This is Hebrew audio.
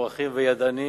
מוערכים, ידענים